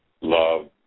love